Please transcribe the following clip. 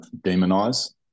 demonize